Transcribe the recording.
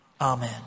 amen